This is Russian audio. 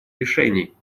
решений